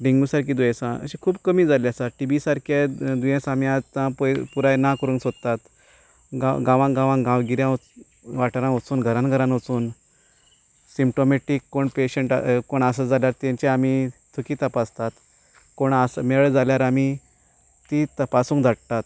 डेगूं सारकी दुयेंसा अशीं खूब कमी जाल्ली आसा टिबी सारकें दुयेंस आमी आतां पुराय ना करूंक सोदतात गांवां गांवांन गांवगिरें वाठारांत वचून घरान घरान वचून सिप्टोमेटिक कोण पेशंट कोण आसत जाल्यार तेंचे आमी थुकी तपासतात कोण आस मेळ्ळे जाल्यार आमी ती तपासूंक धाडटात